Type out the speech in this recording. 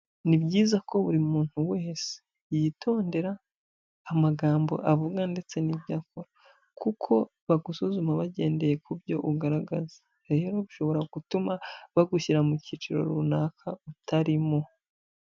Ni byiza ko buri muntu wese yitondera amagambo avuga ndetse n'ibyo akora, kuko bagusuzuma bagendeye ku byo ugaragaza, rero bishobora gutuma bagushyira mu cyiciro runaka utarimo.